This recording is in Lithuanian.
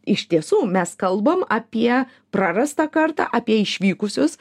iš tiesų mes kalbam apie prarastą kartą apie išvykusius